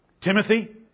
Timothy